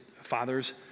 fathers